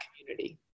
community